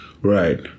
Right